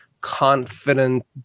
confident